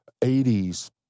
80s